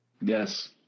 Yes